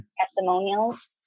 testimonials